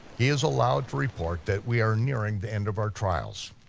he is allowed to report that we are nearing the end of our trials.